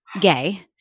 gay